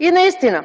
И наистина